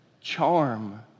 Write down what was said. Charm